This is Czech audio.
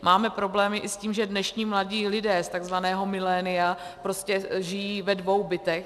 Máme problémy i s tím, že dnešní mladí lidé z takzvaného milénia prostě žijí ve dvou bytech.